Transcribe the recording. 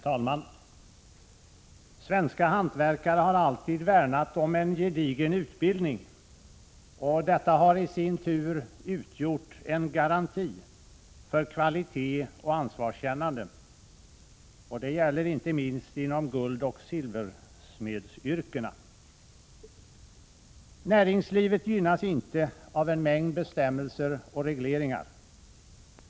Herr talman! Svenska hantverkare har alltid värnat om en gedigen utbildning. Detta har i sin tur utgjort en garanti för kvalitet och ansvarskännande. Det gäller inte minst inom guldoch silversmedsyrkena. Näringslivet gynnas inte av en mängd bestämmelser och regleringar.